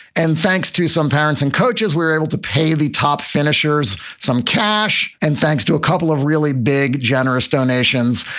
and thanks to some parents and coaches, we were able to pay the top finishers some cash. and thanks to a couple of really big, generous donations.